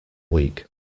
week